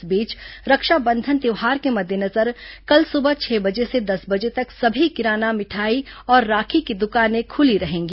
इस बीच रक्षाबंधन त्यौहार के मद्देनजर कल सुबह छह बजे से दस बजे तक समी किराना मिठाई और राखी की दुकानें खुली रहेंगी